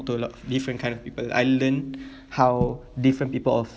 to a lot different kind of people I learn how different people of